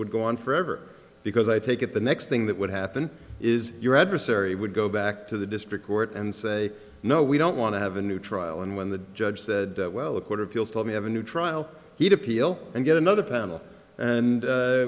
would go on forever because i take it the next thing that would happen is your adversary would go back to the district court and say no we don't want to have a new trial and when the judge said well a court of appeals let me have a new trial he'd appeal and get another panel and